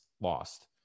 lost